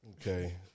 Okay